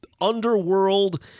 underworld